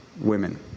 women